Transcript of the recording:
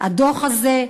הדוח הזה.